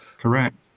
correct